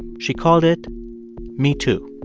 she called it me too.